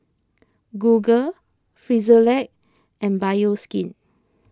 Google Frisolac and Bioskin